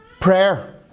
Prayer